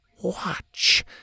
watch